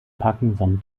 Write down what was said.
parkinson